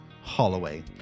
Holloway